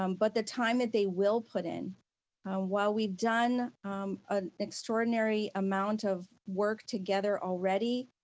um but the time that they will put in while we've done an extraordinary amount of work together already,